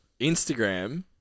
Instagram